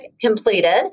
completed